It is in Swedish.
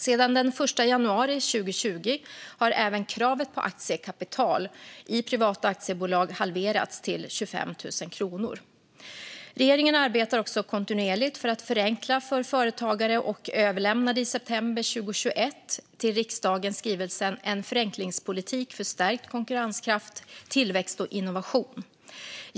Sedan den 1 januari 2020 har även kravet på aktiekapital i privata aktiebolag halverats till 25 000 kronor. Regeringen arbetar också kontinuerligt för att förenkla för företagare och överlämnade i september 2021 till riksdagen skrivelsen En förenklingspolitik för stärkt konkurrenskraft, tillväxt och innovationsförmåga .